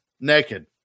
naked